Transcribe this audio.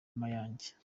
mayange